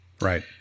Right